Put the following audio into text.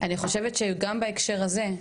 אני אגיד שגם בהקשר הזה,